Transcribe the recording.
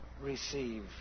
receive